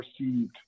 received